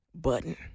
Button